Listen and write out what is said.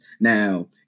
Now